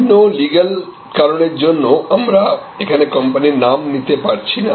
বিভিন্ন লিগেল কারণের জন্য আমরা এখানে কোম্পানির নাম নিতে পারছি না